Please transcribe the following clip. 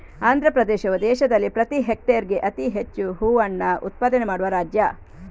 ಆಂಧ್ರಪ್ರದೇಶವು ದೇಶದಲ್ಲಿ ಪ್ರತಿ ಹೆಕ್ಟೇರ್ಗೆ ಅತಿ ಹೆಚ್ಚು ಹೂವನ್ನ ಉತ್ಪಾದನೆ ಮಾಡುವ ರಾಜ್ಯ